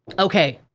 okay.